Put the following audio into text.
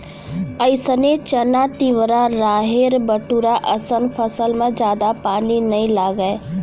अइसने चना, तिंवरा, राहेर, बटूरा असन फसल म जादा पानी नइ लागय